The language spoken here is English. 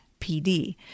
PD